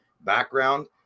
background